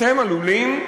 אתם עלולים,